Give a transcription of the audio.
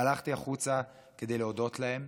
הלכתי החוצה כדי להודות להם.